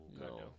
no